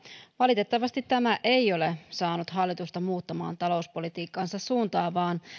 valitettavasti tämä ei ole saanut hallitusta muuttamaan talouspolitiikkansa suuntaa vaan